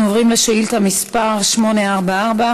אנחנו עוברים לשאילתה מס' 844,